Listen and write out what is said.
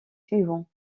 suivants